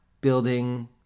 building